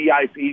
VIP